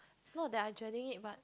it's not that I dreading it but